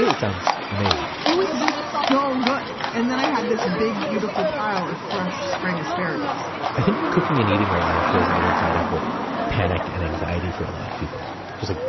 sounds, amazing it was just so good. and then i had this big beautiful pile of fresh spring asparagus i think cooking and eating right now feels a little tied up with panic and anxiety for a lot of people. just like,